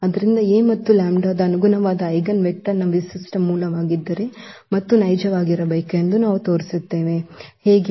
ಆದ್ದರಿಂದ A ಮತ್ತು ಲ್ಯಾಂಬ್ಡಾದ ಅನುಗುಣವಾದ ಐಜೆನ್ವೆಕ್ಟರ್ನ ವಿಶಿಷ್ಟ ಮೂಲವಾಗಿದ್ದರೆ ಮತ್ತು ನೈಜವಾಗಿರಬೇಕು ಎಂದು ನಾವು ತೋರಿಸುತ್ತೇವೆ ಹೇಗೆ